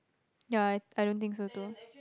ya I I don't think so too